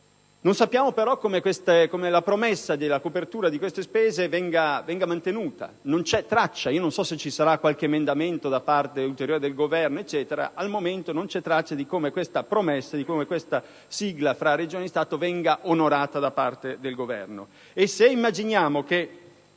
non sappiamo però come la promessa della copertura di queste spese verrà mantenuta; non so se vi sarà qualche emendamento ulteriore del Governo, ma al momento non c'è traccia di come questa promessa, questa sigla fra Regioni e Stato, verrà onorata dal Governo.